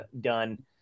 Done